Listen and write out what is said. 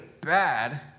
bad